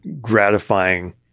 gratifying